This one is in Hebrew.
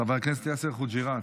חבר הכנסת יאסר חוג'יראת,